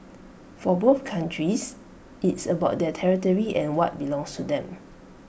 for both countries it's about their territory and what belongs to them